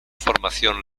formación